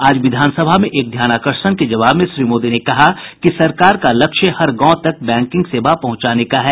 आज विधानसभा में एक ध्यानाकर्षण के जवाब में श्री मोदी ने कहा कि सरकार का लक्ष्य हर गांव तक बैंकिंग सुविधा पहुंचाने का है